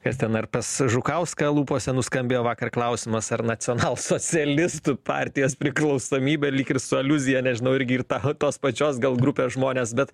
kas ten ar pas žukauską lūpose nuskambėjo vakar klausimas ar nacionalsocialistų partijos priklausomybė lyg ir su aliuzija nežinau irgi ir tą tos pačios gal grupės žmonės bet